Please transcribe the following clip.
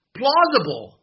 plausible